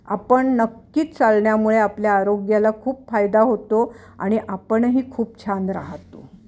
आपण नक्कीच चालण्यामुळे आपल्या आरोग्याला खूप फायदा होतो आणि आपणही खूप छान राहतो